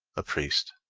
a priest.